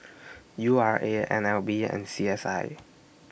U R A N L B and C S I